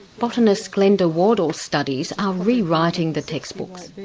botanist glenda wardell's studies are re-writing the textbooks.